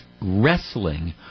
wrestling